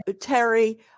Terry